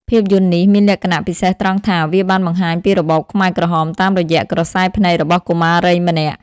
ភាពយន្តនេះមានលក្ខណៈពិសេសត្រង់ថា វាបានបង្ហាញពីរបបខ្មែរក្រហមតាមរយៈក្រសែភ្នែករបស់កុមារីម្នាក់។